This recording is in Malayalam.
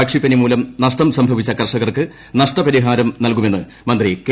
പക്ഷിപ്പനി മൂലം നഷ്ടം സംഭവിച്ച കർഷകർക്ക് നഷ്ടപരിഹാരം നൽകുമെന്ന് മന്ത്രി കെ